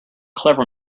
clever